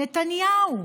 נתניהו.